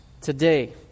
today